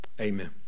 Amen